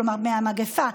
כלומר מהמגפה,